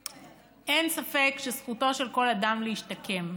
שאין ספק שזכותו של כל אדם להשתקם,